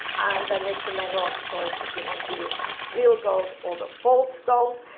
then it's a matter of choice if you want to use real gold or the false gold.